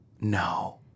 No